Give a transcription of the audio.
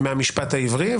מהמשפט העברי.